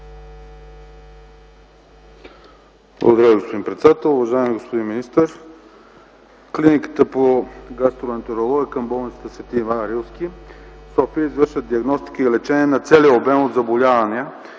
Благодаря Ви, господин председател. Уважаеми господин министър! Клиниката по гастроентерология към болницата „Св. Иван Рилски”, София, извършва диагностика и лечение на целия обем от заболявания